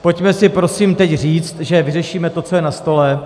Pojďme si prosím teď říct, že vyřešíme to, co je na stole.